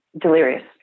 Delirious